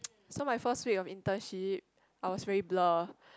so my first week of internship I was very blur